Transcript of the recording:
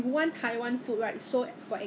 so anyway one round